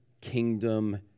kingdom